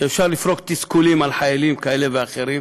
שאפשר לפרוק תסכולים על חיילים כאלה ואחרים,